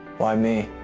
why me?